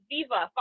Viva